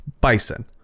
Bison